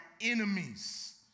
enemies